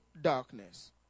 darkness